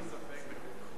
אין לי ספק בזה.